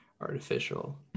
artificial